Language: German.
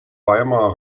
weimarer